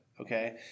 okay